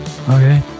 Okay